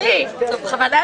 אם כך,